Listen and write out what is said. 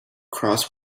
cross